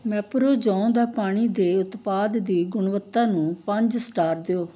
ਮੈਪਰੋ ਜੌਂ ਦਾ ਪਾਣੀ ਦੇ ਉਤਪਾਦ ਦੀ ਗੁਣਵੱਤਾ ਨੂੰ ਪੰਜ ਸਟਾਰ ਦਿਓ